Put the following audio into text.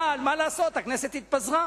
אבל, מה לעשות, הכנסת התפזרה.